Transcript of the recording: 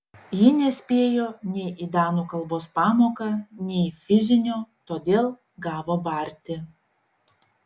ji nespėjo nei į danų kalbos pamoką nei į fizinio todėl gavo barti